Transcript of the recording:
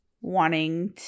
wanting